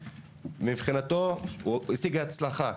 ומבחינתו הוא השיג הצלחה.